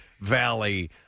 Valley